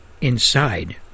inside